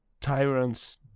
tyrants